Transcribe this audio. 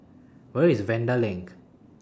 Where IS Vanda LINK